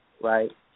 right